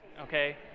Okay